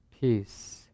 Peace